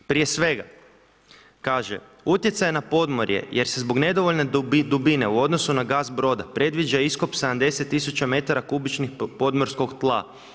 Prije svega, kaže, utjecaj na podmorje jer se zbog nedovoljne dubine u odnosu na gaz broda predviđa iskop 70000 metara kubičnih podmorskog tla.